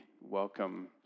welcome